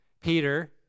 Peter